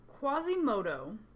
Quasimodo